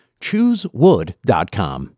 Choosewood.com